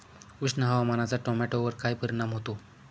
उष्ण हवामानाचा टोमॅटोवर काय परिणाम होतो?